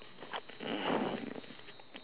um